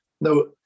no